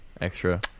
extra